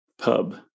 pub